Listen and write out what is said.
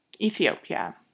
Ethiopia